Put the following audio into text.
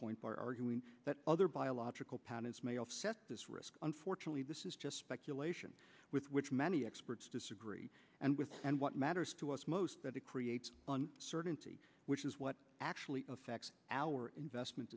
point by arguing that other biological patents may offset this risk unfortunately this is just speculation with which many experts disagree and with and what matters to us most that it creates certainty which is what actually affects our investment